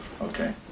Okay